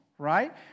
Right